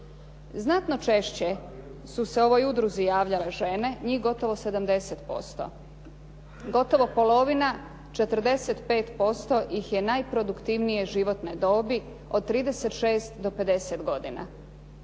Znatno češće su se ovoj udruzi javljale žene, njih gotovo 70%. Gotovo polovina 45% ih je najproduktivnije životne dobi od 36 do 50 godina.